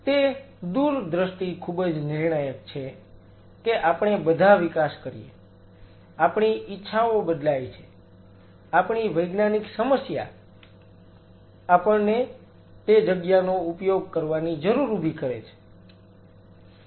તે દૂરદૃષ્ટિ ખૂબ જ નિર્ણાયક છે કે આપણે બધા વિકાસ કરીએ આપણી ઈચ્છાઓ બદલાય છે આપણી વૈજ્ઞાનિક સમસ્યા આપણને તે જગ્યાનો ઉપયોગ કરવાની જરૂર ઉભી કરે છે